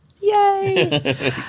Yay